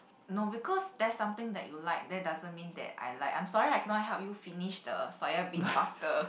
no because that's something that you like that doesn't mean that I like I'm sorry I cannot help you finish the soya bean faster